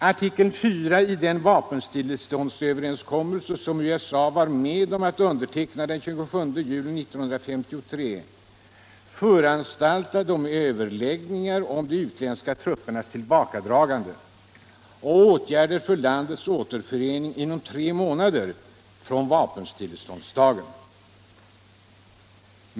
Artikel 4 i den överenskommelse som USA var med om att underteckna den 27 juli 1953 föranstaltade om överläggningar om de utländska truppernas tillbakadragande och åtgärder för landets återförening inom tre månader från vapenstilleståndsdagen.